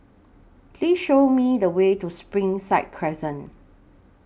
Please Show Me The Way to Springside Crescent